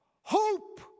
Hope